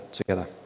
together